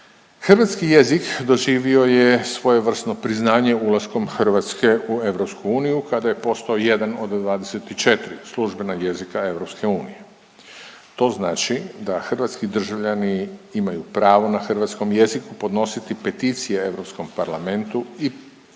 Hrvatski jezik doživio je svojevrsno priznanje ulaskom Hrvatske u EU kada je postao jedan od 24 službena jezika EU. To znači da hrvatski državljani imaju pravo na hrvatskom jeziku podnositi peticije Europskom parlamentu i predstavke